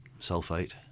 sulfate